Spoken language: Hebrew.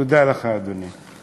תודה לך, אדוני.